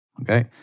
okay